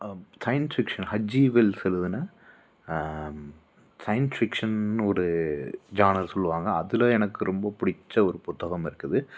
science section ஹஜ்ஜீவெல்ஸ் எழுதினேன் science செக்ஷன்னு ஒரு ஜார்னல் சொல்லுவாங்கள் அதில் எனக்கு ரொம்ப பிடிச்ச ஒரு புத்தகம் இருக்குது